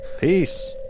Peace